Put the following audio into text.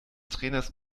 trainers